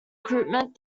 recruitment